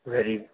very